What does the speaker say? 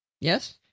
Yes